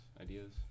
ideas